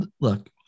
look